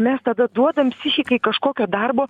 mes tada duodam psichikai kažkokio darbo